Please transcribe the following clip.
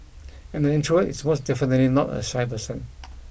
and the introvert is most definitely not a shy person